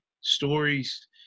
stories